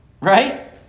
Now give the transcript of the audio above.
Right